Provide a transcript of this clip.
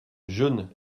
jeune